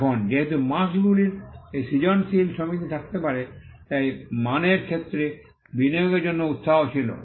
এখন যেহেতু মার্ক্স্ গুলির এই সৃজনশীল সমিতি থাকতে পারে তাই মানের ক্ষেত্রে বিনিয়োগের জন্য উত্সাহ ছিল